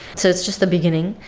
so it's just the beginning.